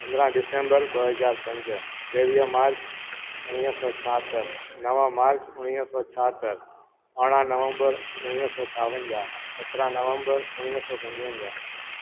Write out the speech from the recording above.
पंद्रहां डिसेम्बर ॿ हज़ार पंज टेवीह मार्च उणिवीह सौ छाहतरि नव मार्च उणिवीह सौ छाहतरि अरिड़हां नवम्बर उणिवीह सौ छावंजा्हु सतरहां नवम्बर उणवीअ सौ पंजवंजाहु